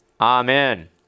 Amen